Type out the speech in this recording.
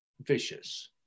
vicious